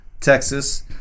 Texas